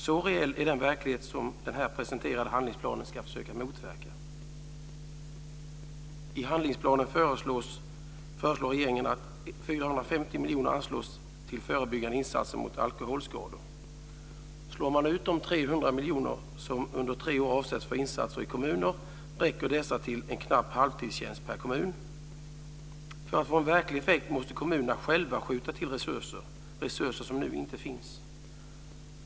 Så reell är den verklighet som den här presenterade handlingsplanen ska försöka motverka. miljoner kronor anslås till förebyggande insatser mot alkoholskador. Slår man ut de 300 miljoner kronor som under tre år avsätts för insatser i kommuner räcker dessa till en knapp halvtidstjänst per kommun. För att få en verklig effekt måste kommunerna själva skjuta till resurser - resurser som nu inte finns.